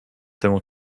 temu